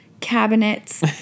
cabinets